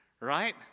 right